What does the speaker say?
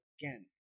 again